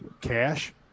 Cash